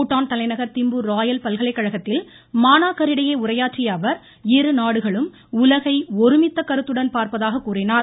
பூடான் தலைநகர் திம்பு ராயல் பல்கலைக்கழகத்தில் மாணாக்கரிடையே உரையாற்றிய அவர் இரு நாடுகளும் உலகை ஒருமித்த கருத்துடன் பார்ப்பதாக கூறினார்